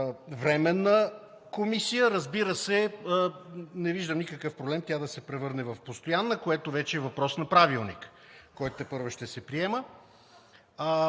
временна комисия. Разбира се, не виждам никакъв проблем тя да се превърне в постоянна, което вече е въпрос на правилник, който тепърва ще се приема.